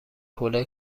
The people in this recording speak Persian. حوله